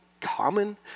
common